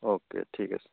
okay ঠিক আছে